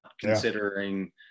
considering